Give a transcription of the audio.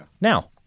Now